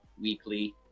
weekly